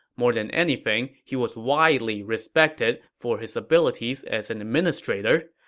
more than anything, he was widely respected for his abilities as an administrator.